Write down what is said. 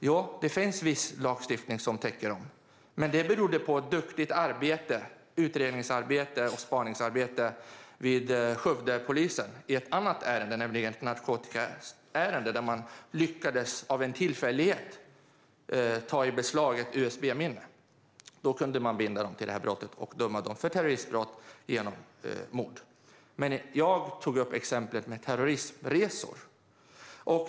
Jo, det finns lagstiftning som täcker dem, men det berodde på duktigt utrednings och spaningsarbete vid Skövdepolisen i ett annat ärende, nämligen ett narkotikaärende där man av en tillfällighet lyckades ta i beslag ett usb-minne. Då kunde man binda dem till det här brottet och döma dem för terroristbrott genom mord. Det jag tog upp var exemplet med terroristresor.